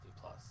Plus